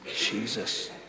Jesus